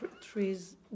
Trees